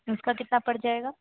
उसका कितना पड़ जाएगा